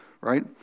right